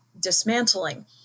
dismantling